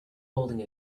holding